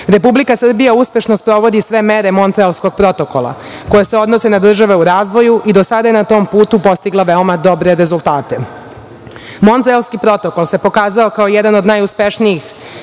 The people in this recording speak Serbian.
Republika Srbija uspešno sprovodi sve mere Montrealskog protokola koje se odnose na države u razvoju i do sada je na tom putu postigla veoma dobre rezultate. Montrealski protokol se pokazao kao jedan od najuspešnijih